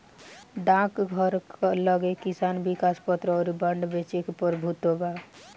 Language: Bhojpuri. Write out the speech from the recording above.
डाकघर लगे किसान विकास पत्र अउर बांड के बेचे के प्रभुत्व बा